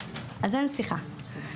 אז אין שיחה.